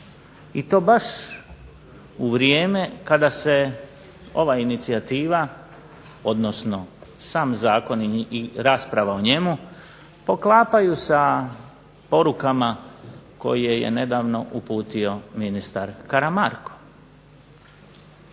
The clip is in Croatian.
i to baš u vrijeme kada se ova inicijativa odnosno sam zakon i rasprava o njemu poklapaju sa porukama koje je nedavno uputio ministar Karamarko.